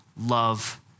love